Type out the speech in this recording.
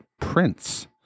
Prince